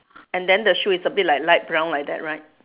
and then the shoe is a bit like light brown like that right